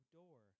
door